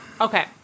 Okay